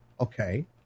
Okay